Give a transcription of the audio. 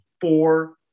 four